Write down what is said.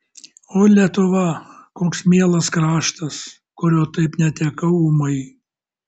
o lietuva koks mielas kraštas kurio taip netekau ūmai